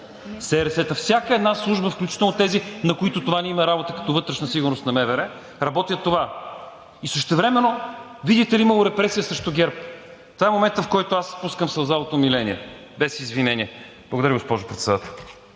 СРС-та, всяка една служба, включително тези, на които това не им е работа, като „Вътрешна сигурност“ на МВР, работят това. И същевременно, видите ли, имало репресия срещу ГЕРБ?! Това е моментът, в който аз пускам сълза от умиление – без извинение. Благодаря, госпожо Председател.